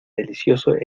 delicioso